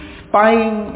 spying